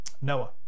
Noah